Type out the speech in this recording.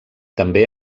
també